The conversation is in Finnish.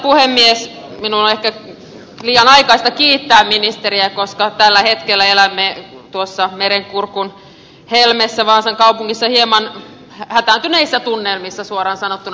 minun on ehkä liian aikaista kiittää ministeriä koska tällä hetkellä elämme tuossa merenkurkun helmessä vaasan kaupungissa hieman hätääntyneissä tunnelmissa suoraan sanottuna